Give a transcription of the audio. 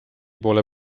poole